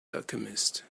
alchemist